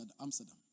Amsterdam